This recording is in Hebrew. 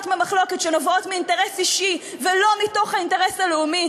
במחלוקת שנובעות מאינטרס אישי ולא מתוך האינטרס הלאומי,